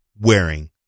wearing